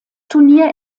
turnier